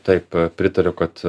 taip pritariu kad